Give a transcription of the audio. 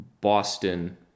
Boston